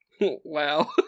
Wow